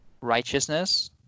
righteousness